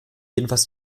jedoch